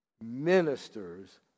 ministers